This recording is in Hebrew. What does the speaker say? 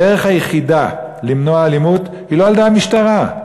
הדרך היחידה למנוע אלימות היא לא על-ידי המשטרה.